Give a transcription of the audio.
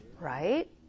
right